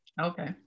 okay